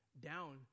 down